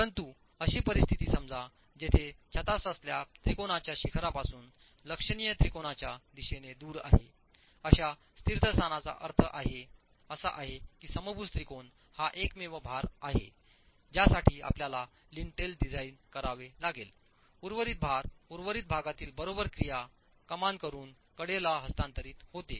परंतु अशी परिस्थिती समजा जिथे छताचा स्लॅब त्रिकोणाच्या शिखरापासून लक्षणीय त्रिकोणाच्या दिशेने दूर आहे या शीर्षस्थानाचा अर्थ असा आहे की समभुज त्रिकोण हा एकमेव भार आहे ज्यासाठी आपल्याला लिंटेल डिझाइन करावे लागेल उर्वरित भार उर्वरित भागातील बरोबर क्रिया कमान करून कडेला हस्तांतरित होते